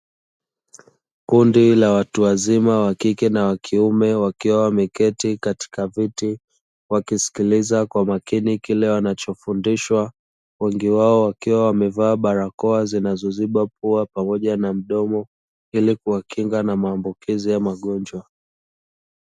Kundi la watu wazima, wakike na wakiume, wakiwa wameketi katika viti, wakisikiliza kwa makini kile wanachofundishwa, wengi wao wakiwa wamevaa barakoa zinazoziba pua pamoja na mdomo, ili kuwakinga na maambukizi ya magonjwa.